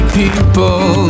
people